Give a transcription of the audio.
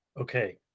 Okay